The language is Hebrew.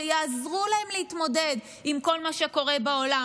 שיעזרו להם להתמודד עם כל מה שקורה בעולם.